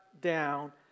down